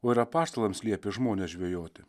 o ir apaštalams liepė žmones žvejoti